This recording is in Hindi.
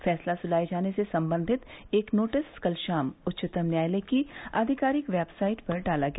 फैसला सुनाए जाने से सम्बंधित एक नोटिस कल शाम उच्चतम न्यायालय की आधिकारिक वेबसाइट पर डाला गया